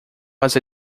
was